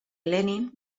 lenin